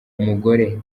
umugore